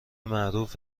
معروف